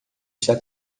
está